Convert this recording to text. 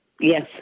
Yes